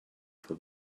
for